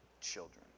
children